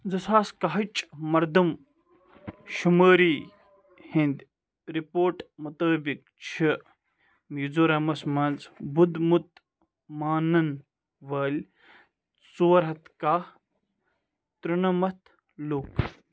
زٕ ساس کاہٕچ مردم شُمٲرِی ہِنٛدۍ رِپورٹ مُطٲبِق چھِ میزورمس منٛز بدھ مت مانَن وٲلۍ ژور ہَتھ کاہہ تُرنمَتھ لُکھ